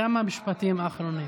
כמה משפטים האחרונים.